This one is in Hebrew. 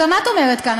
גם את אומרת כאן,